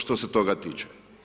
Što se toga tiče.